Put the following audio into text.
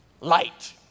Light